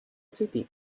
city